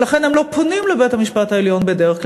ולכן הם לא פונים לבית-המשפט העליון בדרך כלל,